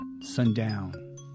Sundown